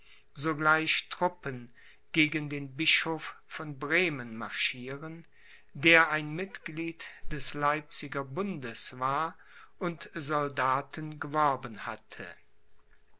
sogleich truppen gegen den bischof von bremen marschieren der ein mitglied des leipziger bundes war und soldaten geworben hatte